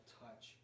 touch